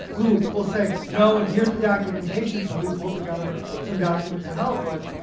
who will say no and here's the documentation. so we pulled together some document to help but,